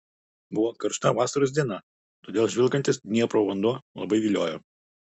buvo karšta vasaros diena todėl žvilgantis dniepro vanduo labai viliojo